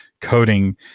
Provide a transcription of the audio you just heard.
coding